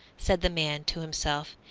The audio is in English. said the man to himself,